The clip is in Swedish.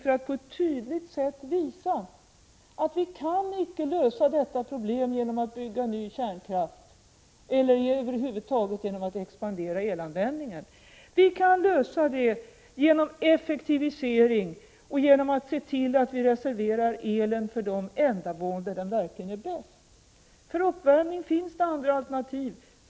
Det visar på ett tydligt sätt att vi icke kan lösa detta problem genom att bygga ut kärnkraften eller genom att över huvud taget expandera elanvändningen. Vi kan lösa det genom effektivisering och genom att se till att vi reserverar elen för de ändamål där den verkligen är bäst. För uppvärmning finns det andra alternativ.